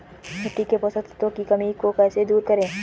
मिट्टी के पोषक तत्वों की कमी को कैसे दूर करें?